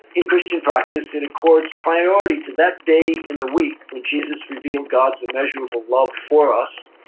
in christian practice, it accords priority to that day in the week when jesus revealed god's immeasurable love for us.